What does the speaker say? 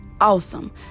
awesome